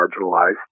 marginalized